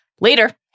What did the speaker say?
Later